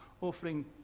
offering